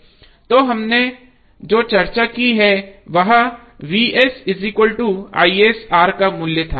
तो हमने जो चर्चा की वह का मूल्य था